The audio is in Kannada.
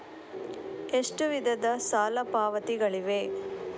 ಎಷ್ಟು ವಿಧದ ಸಾಲ ಪಾವತಿಗಳಿವೆ?